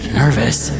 nervous